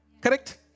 Correct